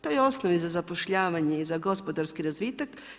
To je osnov i za zapošljavanje i za gospodarski razvitak.